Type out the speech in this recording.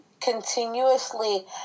continuously